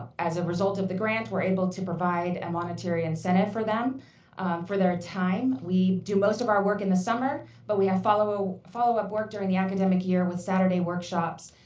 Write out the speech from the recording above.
as a result of the grant, we're able to provide a monetary incentive for them for their time. we do most of our work in the summer, but we have follow-up work during the academic year with saturday workshops.